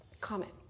Comment